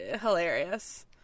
hilarious